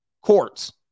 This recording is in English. courts